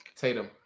Tatum